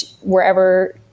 wherever